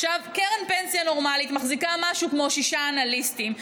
קרן פנסיה נורמלית מחזיקה משהו כמו שישה אנליסטים.